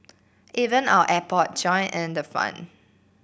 even our airport joined in the fun